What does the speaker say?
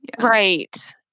Right